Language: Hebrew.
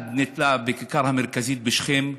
אחד נתלה בכיכר המרכזית בשכם,